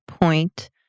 point